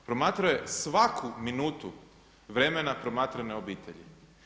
Promatrao je svaku minutu vremena promatrane obitelji.